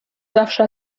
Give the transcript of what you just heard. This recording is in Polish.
zawsze